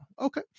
Okay